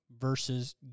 versus